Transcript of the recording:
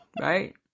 Right